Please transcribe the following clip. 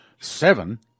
seven